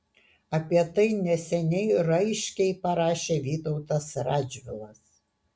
apie tai neseniai raiškiai parašė vytautas radžvilas